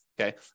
okay